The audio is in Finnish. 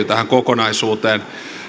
tähän kokonaisuuteen